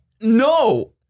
no